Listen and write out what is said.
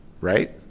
right